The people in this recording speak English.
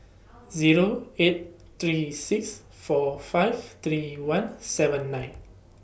Zero eight three six four five three one seven nine